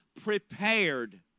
prepared